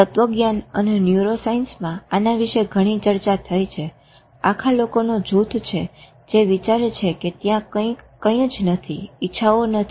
તત્વજ્ઞાન અને ન્યુરોસાયન્સમાં આના વિશે ઘણી ચર્ચાઓ થઇ છે આખા લોકોનો જૂથ છે જે વિચારે છે કે ત્યાં કંઈ જ નથી ઇચ્છાઓ નથી